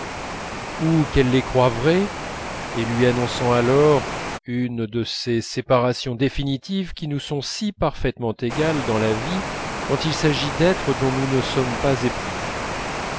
ou qu'elle les croie vrais et lui annonçant alors une de ces séparations définitives qui nous sont si parfaitement égales dans la vie quand il s'agit d'êtres dont nous ne sommes pas épris